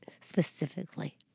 specifically